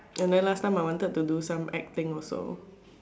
and then last time I wanted to do some acting also